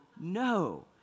No